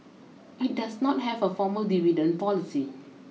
it does not have a formal dividend policy